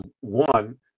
one